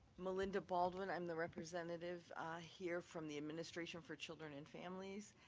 melinda baldwin. i'm the representative here from the administration for children and families,